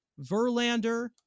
verlander